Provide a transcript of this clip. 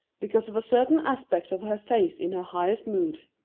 because of a certain aspect of her face in her highest mood.